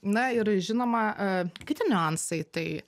na ir žinoma kiti niuansai tai